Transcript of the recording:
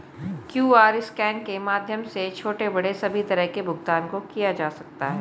QR scan के माध्यम से छोटे बड़े सभी तरह के भुगतान को किया जा सकता है